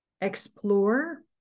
explore